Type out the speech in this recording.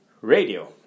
radio